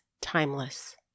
timeless